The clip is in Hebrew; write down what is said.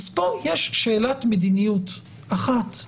פה יש שאלת מדיניות אחת: